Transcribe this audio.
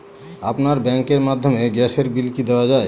আপনার ব্যাংকের মাধ্যমে গ্যাসের বিল কি দেওয়া য়ায়?